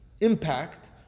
impact